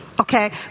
Okay